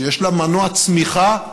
שיש לה מנוע צמיחה אדיר,